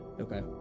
Okay